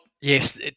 yes